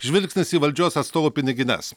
žvilgsnis į valdžios atstovų pinigines